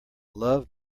love